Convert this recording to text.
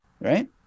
right